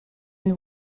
une